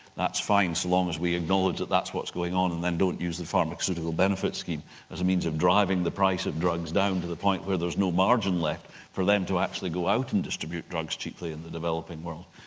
that's fine so long as we acknowledge that that's what's going on and they don't use the pharmaceutical benefits scheme as a means of driving the price of drugs down to the point where there's no margin left for them to actually go out and distribute drugs cheaply in the developing world.